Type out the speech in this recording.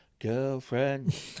girlfriend